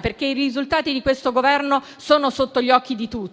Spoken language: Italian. perché i risultati di questo Governo sono sotto gli occhi di tutti.